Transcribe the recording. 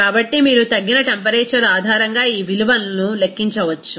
కాబట్టి మీరు తగ్గిన టెంపరేచర్ ఆధారంగా ఈ విలువను లెక్కించవచ్చు